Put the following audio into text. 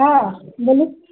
हँ बोलू